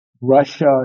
Russia